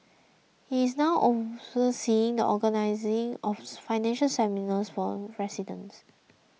he is now overseeing the organising of financial seminars for residents